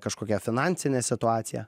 kažkokią finansinę situaciją